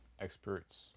experts